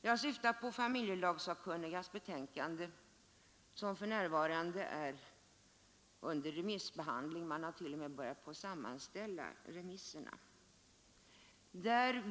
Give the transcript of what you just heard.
Jag syftar på familjelagssakkunnigas betänkande, som för närvarande är remissbehandling — man har t.o.m. börjat sammanställa remisserna.